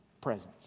presence